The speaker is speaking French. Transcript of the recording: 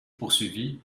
poursuivi